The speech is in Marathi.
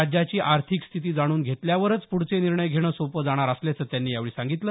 राज्याची आर्थिक स्थिती जाणून घेतल्यावरच पूढचे निर्णय घेणं सोपे जाणार असल्याचं त्यांनी यावेळी सांगितलं